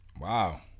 Wow